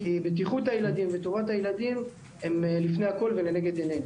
כי בטיחות וטובת הילדים הם לפני הכול ולנגד עינינו.